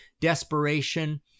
Desperation